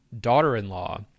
daughter-in-law